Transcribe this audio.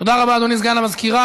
תודה רבה, אדוני סגן המזכירה.